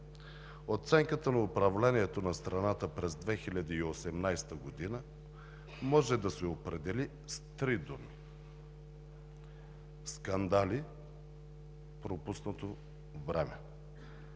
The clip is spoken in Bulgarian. оценката за управлението на страната през 2018 г. може да се определи с три думи – скандали и пропуснато време.